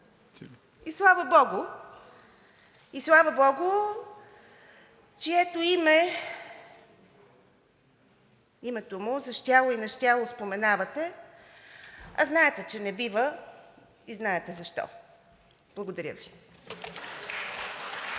И слава богу, чието име – името Му, за щяло и нещяло споменавате, а знаете, че не бива и знаете защо. Благодаря Ви.